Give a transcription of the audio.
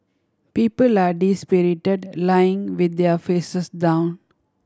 people are dispirited lying with their faces down